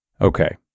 Okay